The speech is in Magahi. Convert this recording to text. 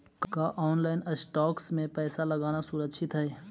का ऑनलाइन स्टॉक्स में पैसा लगाना सुरक्षित हई